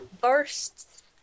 first